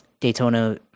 Daytona